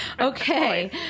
okay